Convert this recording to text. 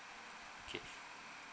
okay